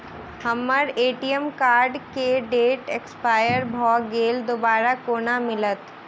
हम्मर ATM card केँ date expire भऽ गेल दोबारा कोना मिलत?